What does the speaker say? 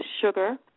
sugar